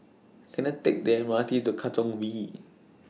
Can I Take The M R T to Katong V